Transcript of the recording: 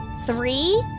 three,